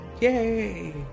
yay